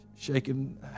Shaking